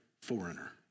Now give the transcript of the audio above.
foreigner